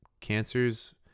cancers